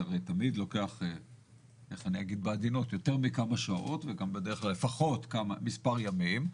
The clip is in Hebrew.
זה הרי תמיד לוקח יותר מכמה שעות ולפחות מספר ימים,